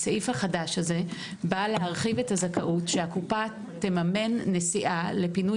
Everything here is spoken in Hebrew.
הסעיף החדש הזה בא להרחיב את הזכות שהקופה תממן נסיעה לפינוי